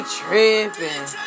tripping